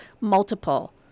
multiple